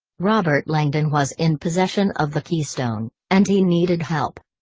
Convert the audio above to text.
robert langdon was in possession of the keystone, and he needed help.